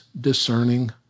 discerning